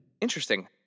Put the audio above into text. Interesting